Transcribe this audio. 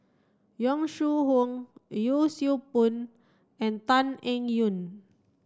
Yong Shu Hoong Yee Siew Pun and Tan Eng Yoon